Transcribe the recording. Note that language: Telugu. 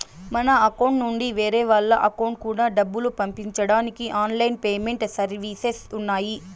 మన అకౌంట్ నుండి వేరే వాళ్ళ అకౌంట్ కూడా డబ్బులు పంపించడానికి ఆన్ లైన్ పేమెంట్ సర్వీసెస్ ఉన్నాయి